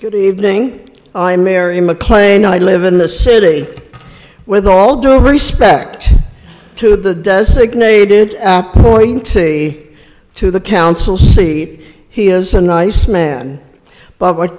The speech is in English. good evening i'm mary maclane i live in the city with all due respect to the designated ap pointy to the council seat he is a nice man but what